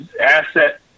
asset